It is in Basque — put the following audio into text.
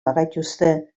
bagaituzte